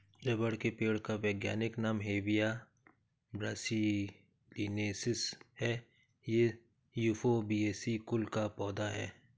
rubber के पेड़ का वैज्ञानिक नाम हेविया ब्रासिलिनेसिस है ये युफोर्बिएसी कुल का पौधा है